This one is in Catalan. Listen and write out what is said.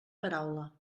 paraula